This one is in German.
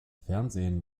fernsehen